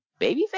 babyface